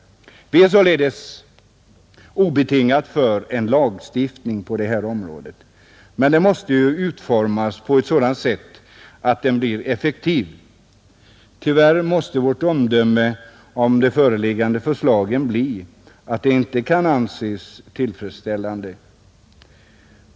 Vi är således obetingat för en lagstiftning på detta område. Men den måste utformas på ett sådant sätt att den blir effektiv. Tyvärr måste vårt omdöme om de föreliggande förslagen bli att de inte kan anses tillfredsställande.